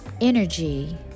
Energy